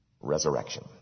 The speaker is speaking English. Resurrection